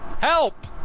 Help